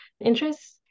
interests